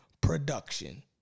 production